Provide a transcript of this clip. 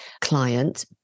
client